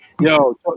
Yo